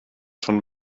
von